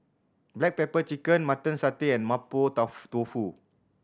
black pepper chicken Mutton Satay and mapo tofu